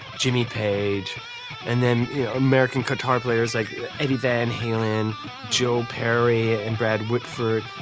jimmy page and then american guitar players like eddie van halen, joe perry and brad whitford,